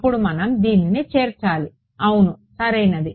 అప్పుడు మనం దానిని చేర్చాలి అవును సరైనది